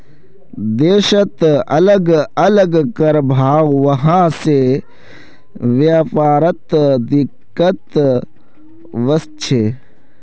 देशत अलग अलग कर भाव हवा से व्यापारत दिक्कत वस्छे